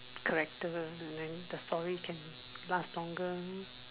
character and then the story can last longer